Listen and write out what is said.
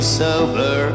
sober